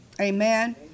Amen